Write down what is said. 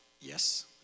Yes